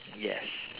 yes